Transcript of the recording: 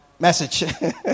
Message